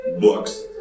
books